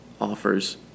offers